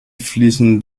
fließen